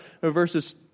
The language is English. verses